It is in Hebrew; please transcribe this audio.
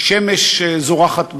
איזו שמש זורחת בחייהם,